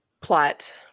plot